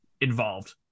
involved